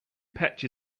patch